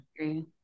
agree